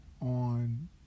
on